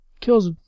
kills